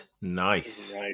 Nice